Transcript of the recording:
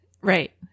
Right